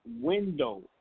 window